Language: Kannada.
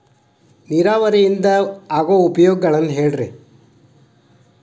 ನೇರಾವರಿಯಿಂದ ಆಗೋ ಉಪಯೋಗಗಳನ್ನು ಹೇಳ್ರಿ